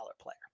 player